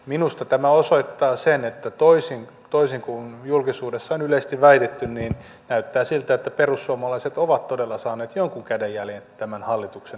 minusta tämä osoittaa sen että toisin kuin julkisuudessa on yleisesti väitetty näyttää siltä että perussuomalaiset ovat todella saaneet jonkun kädenjäljen tämän hallituksen ohjelmaan